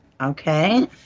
Okay